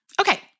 Okay